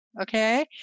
okay